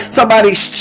Somebody's